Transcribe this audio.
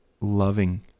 loving